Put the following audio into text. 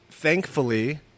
Thankfully